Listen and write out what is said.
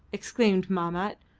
exclaimed mahmat,